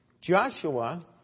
Joshua